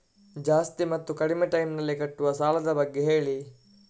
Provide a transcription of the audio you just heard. ಜಾಸ್ತಿ ಮತ್ತು ಕಡಿಮೆ ಟೈಮ್ ನಲ್ಲಿ ಕಟ್ಟುವ ಸಾಲದ ಬಗ್ಗೆ ಹೇಳಿ